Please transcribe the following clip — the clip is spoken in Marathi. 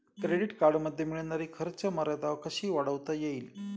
क्रेडिट कार्डमध्ये मिळणारी खर्च मर्यादा कशी वाढवता येईल?